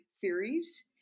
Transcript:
theories